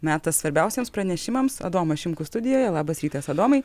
metas svarbiausiems pranešimams adomas šimkus studijoje labas rytas adomai